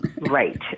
right